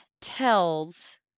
tells